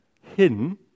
hidden